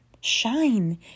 shine